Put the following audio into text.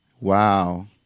Wow